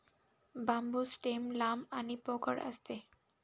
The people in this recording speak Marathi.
बांबू स्टेम लांब आणि पोकळ असते